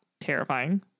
Terrifying